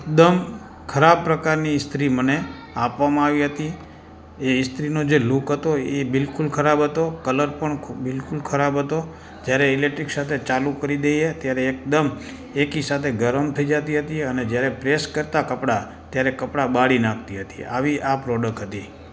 એકદમ ખરાબ પ્રકારની ઇસ્ત્રી મને આપવામાં આવી હતી એ ઇસ્ત્રીનો જે લૂક હતો એ બિલકુલ ખરાબ હતો કલર પણ ખૂ બિલકુલ ખરાબ હતો જ્યારે ઇલેક્ટ્રિક સાથે ચાલુ કરી દઇએ ત્યારે એકદમ એકસાથે ગરમ થઇ જતી હતી અને જ્યારે પ્રેસ કરતા કપડાં ત્યારે કપડાં બાળી નાખતી હતી આવી આ પ્રોડક હતી